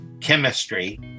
chemistry